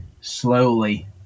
slowly